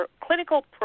clinical